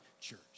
church